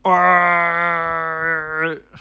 orh